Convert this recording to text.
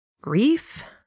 Grief